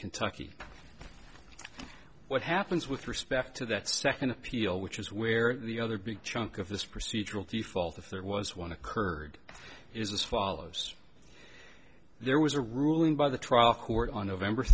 kentucky what happens with respect to that second appeal which is where the other big chunk of this procedural the fault if there was one occurred is this follows there was a ruling by the trial court on november